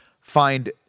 find